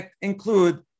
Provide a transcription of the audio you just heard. include